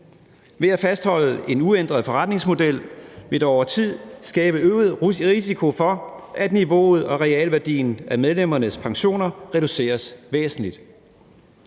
Ved at fastholde en uændret forretningsmodel vil det over tid skabe øget risiko for, at niveauet og realværdien af medlemmernes pensioner reduceres væsentligt.